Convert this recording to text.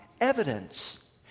evidence